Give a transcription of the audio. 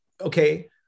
Okay